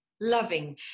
loving